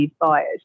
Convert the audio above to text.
buyers